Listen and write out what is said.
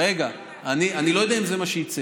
רגע, אני לא יודע אם זה מה שיצא.